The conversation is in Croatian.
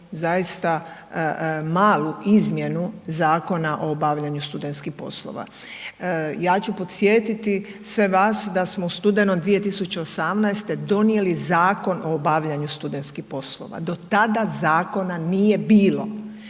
zaista malu izmjenu Zakona o obavljanju studentskih poslova. Ja ću podsjetiti sve vas da smo u studenom 2018. donijeli Zakon o obavljanju studentskih poslova, do tada zakona nije bilo